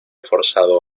forzado